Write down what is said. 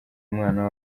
umwana